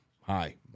hi